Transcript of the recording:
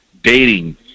dating